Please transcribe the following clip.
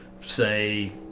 say